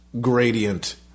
gradient